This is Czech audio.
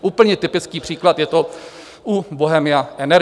Úplně typický příklad je to u Bohemia Energy.